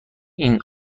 این